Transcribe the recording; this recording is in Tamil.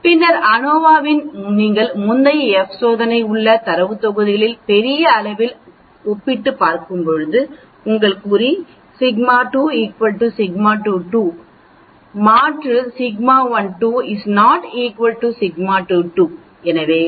பின்னர் நீங்கள் ANOVA வின் நீங்கள் முந்தைய F சோதனை உள்ள தரவுத் தொகுதிகள் பெரிய அளவில் ஒப்பிட்டு பார்க்கும்போது உங்கள் கூறி σ1 2 σ2 2 மாற்று σ1 2 ≠ σ2 2